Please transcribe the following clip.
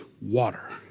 water